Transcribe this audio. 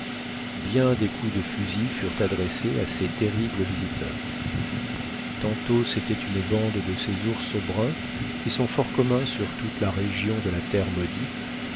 bien des coups de fusil furent adressés à ces terribles visiteurs tantôt c'était une bande de ces ours bruns qui sont fort communs sur toute la région de la